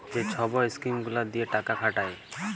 যে ছব ইস্কিম গুলা দিঁয়ে টাকা খাটায়